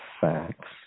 facts